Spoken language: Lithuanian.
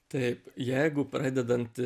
taip jeigu pradedant